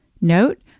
Note